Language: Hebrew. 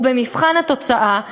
ובמבחן התוצאה,